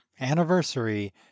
anniversary